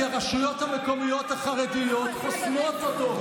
כי הרשויות המקומיות החרדיות חוסמות אותו,